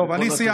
טוב, אני סיימתי.